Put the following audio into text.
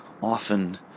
often